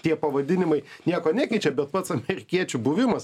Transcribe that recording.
tie pavadinimai nieko nekeičia bet pats amerikiečių buvimas